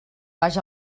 baix